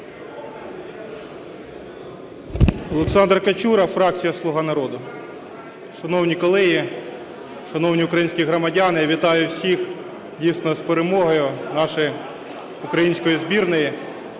Олександр Качура, фракція "Слуга народу". Шановні колеги, шановні українські громадяни, вітаю всіх, дійсно, з перемогою нашої української збірної.